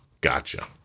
gotcha